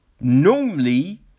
normally